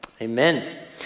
Amen